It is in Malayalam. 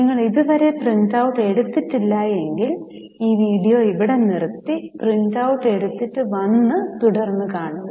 നിങ്ങൾ ഇത് വരെ പ്രിന്റൌട്ട് എടുത്തില്ല എങ്കിൽ ഈ വീഡിയോ ഇവിടെ നിർത്തി പ്രിൻറൌട് എടുത്തിട്ട് വന്നു തുടർന്ന് കാണുക